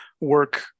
work